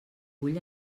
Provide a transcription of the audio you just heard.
vull